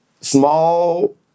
small